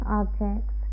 objects